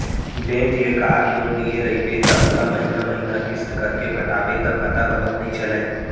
bank ले car loan लिये रइबे त ओला महिना महिना किस्त करके पटाबे त पता घलौक नइ चलय